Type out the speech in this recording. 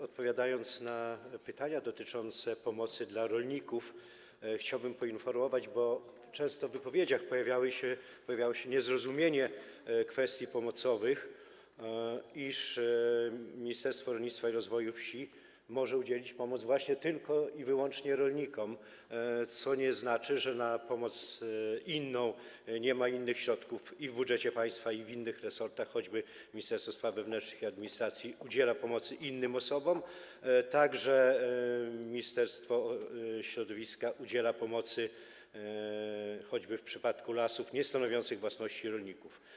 Odpowiadając na pytania dotyczące pomocy dla rolników, chciałbym poinformować, bo często w wypowiedziach pojawiało się niezrozumienie kwestii pomocowych, iż Ministerstwo Rolnictwo i Rozwoju Wsi może udzielić pomocy właśnie tylko i wyłącznie rolnikom, co nie znaczy, że na pomoc inną nie ma innych środków w budżecie państwa i w innych resortach - choćby Ministerstwo Spraw Wewnętrznych i Administracji udziela pomocy innym osobom, także Ministerstwo Środowiska udziela pomocy choćby w przypadku lasów niestanowiących własności rolników.